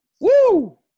Woo